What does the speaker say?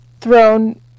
thrown